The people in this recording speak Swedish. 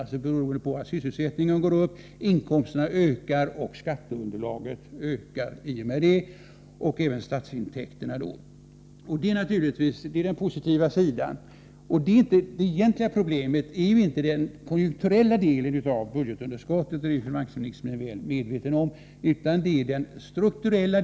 Det beror på att sysselsättningen går upp och på att inkomsterna, skatteunderlaget och även statsintäkterna i och med det ökar. Det är givetvis positivt, men det egentliga problemet är inte den konjunkturella delen av budgetunderskottet, vilket finansministern är väl medveten om, utan den strukturella.